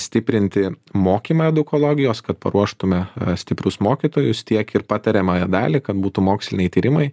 stiprinti mokymą edukologijos kad paruoštume stiprius mokytojus tiek ir patariamąją dalį kad būtų moksliniai tyrimai